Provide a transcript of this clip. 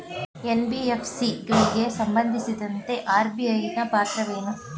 NBFC ಗಳಿಗೆ ಸಂಬಂಧಿಸಿದಂತೆ RBI ಪಾತ್ರವೇನು?